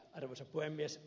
arvoisa puhemies